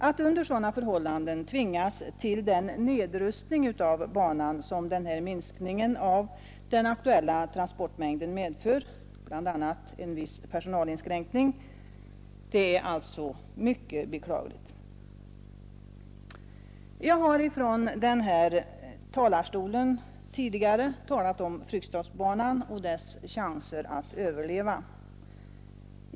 Att under sådana förhållanden tvingas till den nedrustning av banan som den här minskningen av den aktuella transportmängden medför — bl.a. en viss personalinskränkning — är alltså mycket beklagligt. Jag har tidigare från den här talarstolen talat om Fryksdalsbanan och dess chanser att överleva.